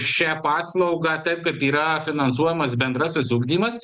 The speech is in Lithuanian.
šią paslaugą taip kaip yra finansuojamas bendrasis ugdymas